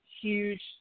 huge